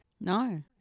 No